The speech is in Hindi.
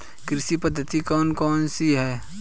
कृषि पद्धतियाँ कौन कौन सी हैं?